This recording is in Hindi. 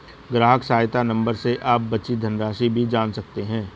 ग्राहक सहायता नंबर से आप बची धनराशि भी जान सकते हैं